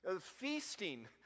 Feasting